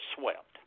swept